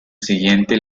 siguiente